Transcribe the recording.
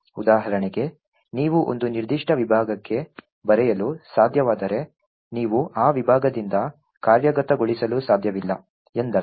ಉದಾಹರಣೆಗೆ ನೀವು ಒಂದು ನಿರ್ದಿಷ್ಟ ವಿಭಾಗಕ್ಕೆ ಬರೆಯಲು ಸಾಧ್ಯವಾದರೆ ನೀವು ಆ ವಿಭಾಗದಿಂದ ಕಾರ್ಯಗತಗೊಳಿಸಲು ಸಾಧ್ಯವಿಲ್ಲ ಎಂದರ್ಥ